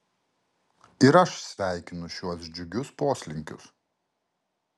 ir aš sveikinu šiuos džiugius poslinkius